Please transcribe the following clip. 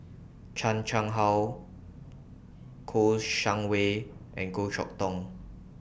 Chan Chang How Kouo Shang Wei and Goh Chok Tong